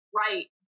right